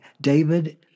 David